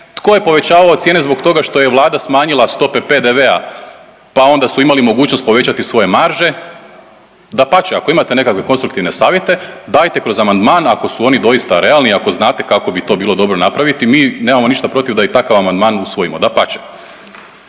tko je povećavao cijene zbog toga što je Vlada smanjila stope PDV-a, pa onda su imali mogućnost povećati svoje marže? Dapače, ako imate nekakve konstruktivne savjete dajete kroz amandman ako su oni doista realni, ako znate kako bi bilo to dobro napraviti mi nemamo ništa protiv da i takav amandman usvojimo, dapače.